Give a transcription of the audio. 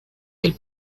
del